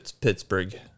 Pittsburgh